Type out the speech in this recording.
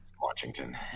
Washington